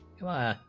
you are